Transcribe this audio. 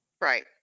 Right